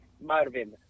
marvin